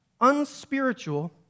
unspiritual